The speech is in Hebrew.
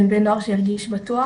בין בני נוער שירגיש בטוח,